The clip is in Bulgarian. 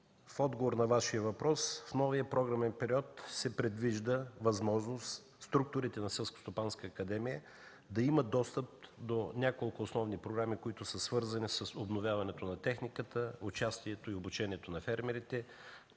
в отговор на Вашия въпрос – в новия програмен период се предвижда възможност структурите на Селскостопанската академия да имат достъп до няколко основни програми, които са свързани с обновяването на техниката, участието и обучението на фермерите,